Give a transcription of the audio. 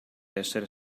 essere